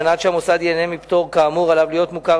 על מנת שהמוסד ייהנה מפטור כאמור עליו להיות מוכר